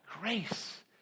grace